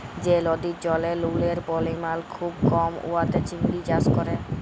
যে লদির জলে লুলের পরিমাল খুব কম উয়াতে চিংড়ি চাষ ক্যরা